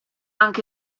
anche